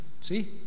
See